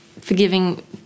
forgiving